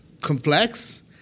complex